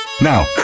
Now